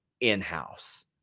in-house